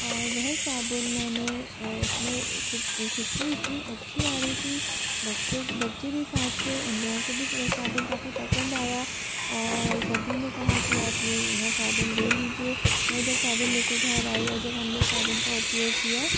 और वह साबुन मैंने उसमें खुशबू इतनी अच्छी आ रही थी बच्चों बच्चे भी साथ थे उन लोगों को भी वह साबुन काफी पसंद आया और सभी ने कहा कि आप यह साबुन ले लीजिए मैं जब साबुन लेकर घर आई और जब हमने साबुन का उपयोग किया